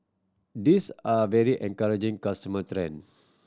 these are very encouraging consumer trend